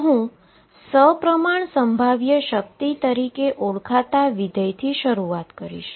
તો હું સપ્રમાણ પોટેંશિઅલ તરીકે ઓળખાતા વિધેયથ શરૂઆત કરીશ